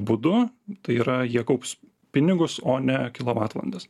būdu tai yra jie kaups pinigus o ne kilovatvalandes